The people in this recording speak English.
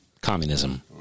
communism